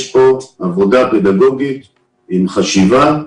יש פה עבודה פדגוגית עם חשיבה,